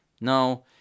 no